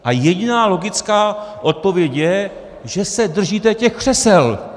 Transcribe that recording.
A jediná logická odpověď je, že se držíte těch křesel.